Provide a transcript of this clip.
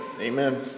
amen